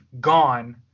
gone